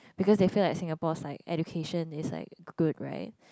because they feel like Singapore likes education is like good right